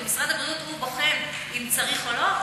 ומשרד הבריאות בוחן אם צריך או לא?